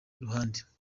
ruhande